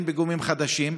אין פיגומים חדשים.